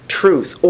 truth